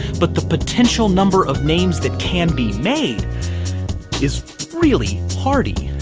but the potential number of names that can be made is really hardy.